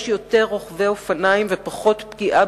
יש יותר רוכבי אופניים ופחות פגיעה